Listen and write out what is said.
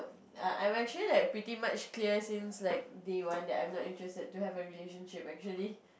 um I'm actually like pretty much clear since like day one that I'm not interested to have a relationship actually